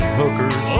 hookers